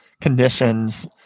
conditions